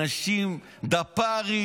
אנשים דפ"רים.